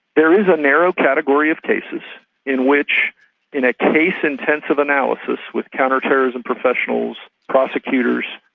there is a narrow category of cases in which in a case-intensive analysis with counterterrorism professionals, prosecutors,